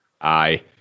Aye